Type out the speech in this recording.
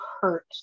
hurt